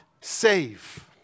save